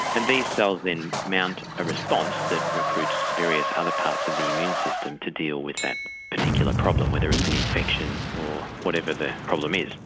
and these cells then mount a response that recruits various other parts of the immune system to deal with that particular problem, whether it's an infection or whatever the problem is.